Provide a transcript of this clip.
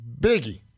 Biggie